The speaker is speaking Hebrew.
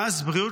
מס בריאות,